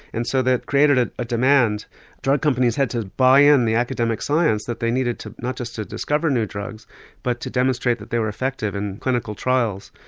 and so that created a ah demand drug companies had to buy in the academic science that they needed to not just discover new drugs but to demonstrate that they were effective in clinical trials.